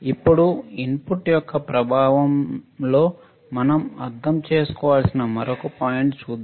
ఇప్పుడు ఇన్పుట్ యొక్క ప్రభావo లో మనం అర్థం చేసుకోవలసిన మరొక పాయింట్ చూద్దాం